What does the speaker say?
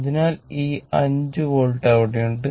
അതിനാൽ ഈ 5 വോൾട്ട് അവിടെയുണ്ട്